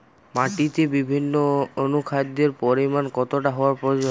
মাটিতে বিভিন্ন অনুখাদ্যের পরিমাণ কতটা হওয়া প্রয়োজন?